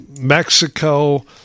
Mexico